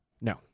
No